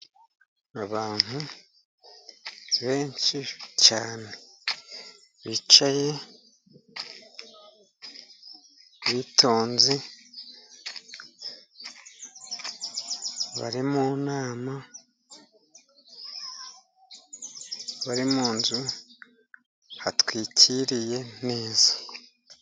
Abantu benshi cyane bicaye bitonze bari mu nama bari mu nzu hatwikiriye neza.